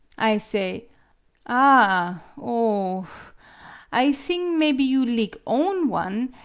i say ah oh ahf i thing mebby you lig own one,